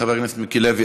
חבר הכנסת מיקי לוי,